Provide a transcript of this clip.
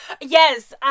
Yes